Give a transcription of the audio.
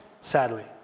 sadly